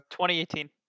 2018